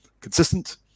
consistent